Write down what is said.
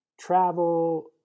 travel